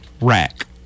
rack